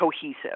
cohesive